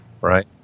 Right